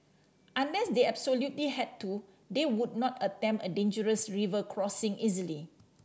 unless they absolutely had to they would not attempt a dangerous river crossing easily